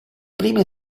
prime